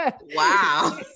Wow